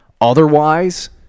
Otherwise